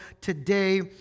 today